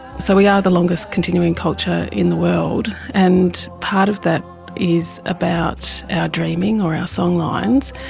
so we are the longest continuing culture in the world. and part of that is about our dreaming or our songlines.